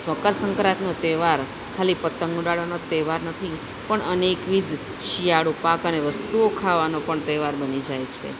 મકરસંક્રાંતિનો તહેવાર ખાલી પતંગ ઉડાડવાનો જ તહેવાર નથી પણ અનેકવિધ શિયાળુ પાક અને વસ્તુઓ ખાવાનો પણ તહેવાર બની જાય છે